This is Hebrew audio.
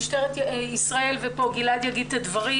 משטרת ישראל וגלעד יאמר את הדברים,